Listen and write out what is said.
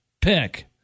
pick